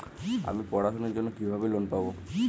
আমি পড়াশোনার জন্য কিভাবে লোন পাব?